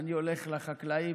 אני הולך לחקלאים.